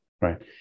right